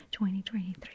2023